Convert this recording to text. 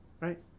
right